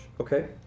Okay